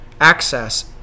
access